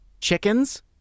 chickens